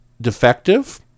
defective